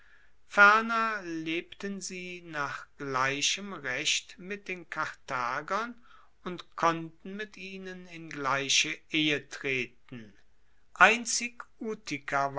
ferner lebten sie nach gleichem recht mit den karthagern und konnten mit ihnen in gleiche ehe treten